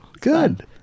Good